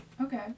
Okay